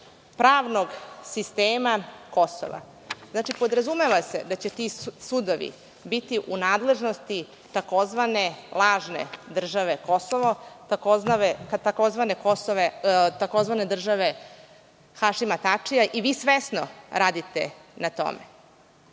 pravnog sistema Kosova. Znači, podrazumeva se da će ti sudovi biti u nadležnosti tzv. lažne države Kosovo, tzv. države Hašima Tačija, i vi svesno radite na tome.